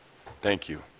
thank you.